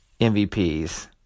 MVPs